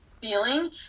feeling